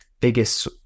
biggest